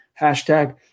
Hashtag